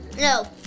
no